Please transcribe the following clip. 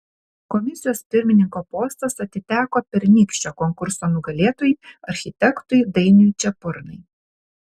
komisijos pirmininko postas atiteko pernykščio konkurso nugalėtojui architektui dainiui čepurnai